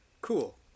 Cool